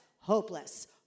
hopeless